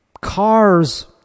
Cars